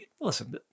listen